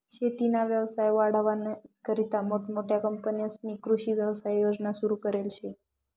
शेतीना व्यवसाय वाढावानीकरता मोठमोठ्या कंपन्यांस्नी कृषी व्यवसाय योजना सुरु करेल शे